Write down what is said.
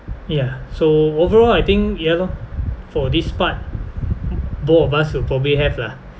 ya so overall I think ya lor for this part both of us will probably have lah